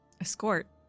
Escort